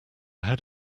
had